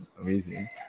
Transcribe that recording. amazing